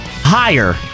Higher